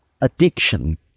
addiction